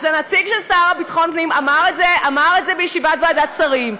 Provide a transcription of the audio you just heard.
אז הנציג של השר לביטחון הפנים אמר את זה בישיבת ועדת שרים,